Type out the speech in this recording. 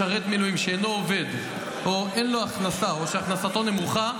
משרת מילואים שאינו עובד או אין לו הכנסה או שהכנסתו נמוכה,